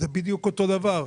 זה בדיוק אותו דבר.